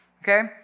okay